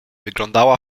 wyglądała